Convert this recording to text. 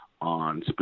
on